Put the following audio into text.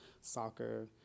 soccer